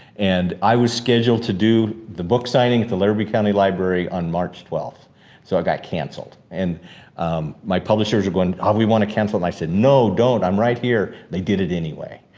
and i was scheduled to do the book signing at the laramie county library on march twelfth. so, it got canceled and my publishers are going, oh, we wanna cancel, and i said, no, don't, i'm right here. they did it anyway.